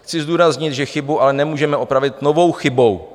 Chci zdůraznit, že chybu ale nemůžeme opravit novou chybou.